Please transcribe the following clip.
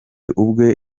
ubwe